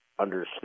understand